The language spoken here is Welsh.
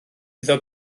iddo